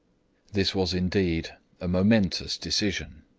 this was indeed a momentous decision.